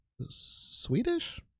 Swedish